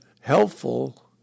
helpful